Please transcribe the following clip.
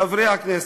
חברי הכנסת,